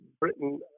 Britain